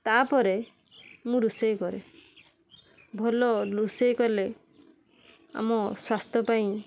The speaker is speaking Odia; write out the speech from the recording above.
ତାପରେ ମୁଁ ରୋଷେଇ କରେ ଭଲ ରୋଷେଇ କଲେ ଆମ ସ୍ୱାସ୍ଥ୍ୟ ପାଇଁ